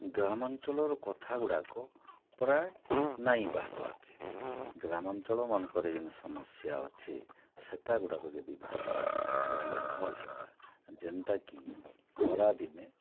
ଗ୍ରାମାଞ୍ଚଳର କଥାଗୁଡ଼ାକ ପ୍ରାୟ ନାଇଁ ବାହାର୍ବାକେ ଗ୍ରାମାଞ୍ଚଳମାନ୍କରେ ଜେନ୍ ସମସ୍ୟା ଅଛେ ସେଟାଗୁଡ଼ାକ ଯଦି ବାହାର୍ତା ବଏଲେ ଭଲ୍ ହେତା ଜେନ୍ତାକି ଖରାଦିନେ